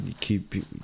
keep